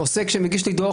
עוסק מגיש לי דוח,